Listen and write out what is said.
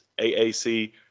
AAC